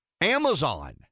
Amazon